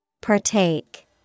Partake